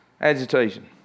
agitation